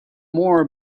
more